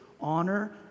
honor